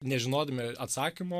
nežinodami atsakymo